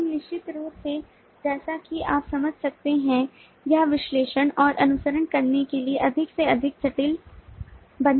लेकिन निश्चित रूप से जैसा कि आप समझ सकते हैं यह विश्लेषण और अनुसरण करने के लिए अधिक से अधिक जटिल बनाता है